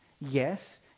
Yes